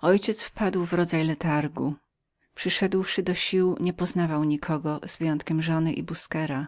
ojciec wpadł w powtórny stan odrętwienia przyszedłszy do sił nie poznawał nikogo wyjąwszy żonę i busquera